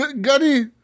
Gunny